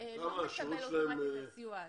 לא מקבל אוטומטית את הסיוע הזה.